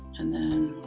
and then